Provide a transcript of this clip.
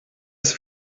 ist